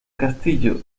castillo